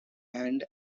and